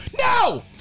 No